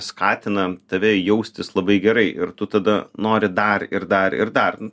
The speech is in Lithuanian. skatina tave jaustis labai gerai ir tu tada nori dar ir dar ir dar